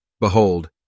Behold